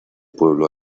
pueblo